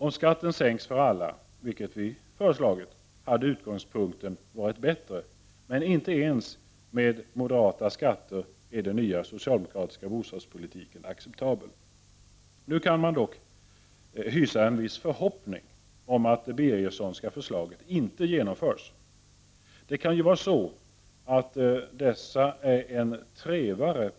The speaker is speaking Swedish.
Om skatten sänks för alla — vilket vi föreslagit — skulle utgångspunkten ha blivit bättre, men inte ens med moderata skatter är den nya socialdemokratiska bostadspolitiken acceptabel. Nu kan man ändå hysa en viss förhoppning om att de Birgerssonska förslagen inte genomförs. De kan ju vara en trevare,